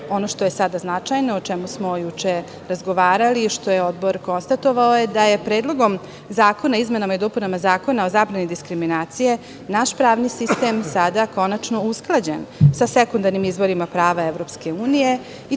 što je sada značajno, o čemu smo juče razgovarali i što je Odbor konstatovao, je da je Predlogom zakona o izmenama i dopunama Zakona o zabrani diskriminacije naš pravni sistem sada konačno usklađen sa sekundarnim izvorima prava EU